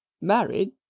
married